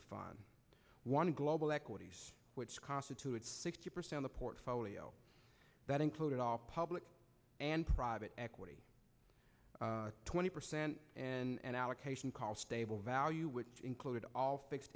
the fun one global equity which constitutes sixty percent the portfolio that included all public and private equity twenty percent and allocation call stable value would include all fixed